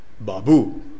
Babu